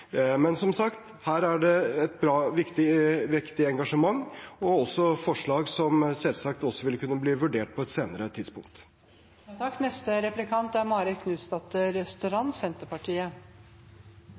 Men som sagt: Her er det et viktig engasjement og også forslag som selvsagt vil kunne bli vurdert på et senere tidspunkt.